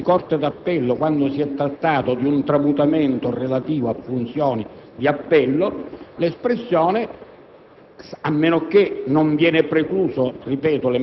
«circondario» viene trasformata in «distretto di Corte d'appello» quando si è trattato di un tramutamento relativo a funzioni d'appello, a meno